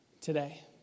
today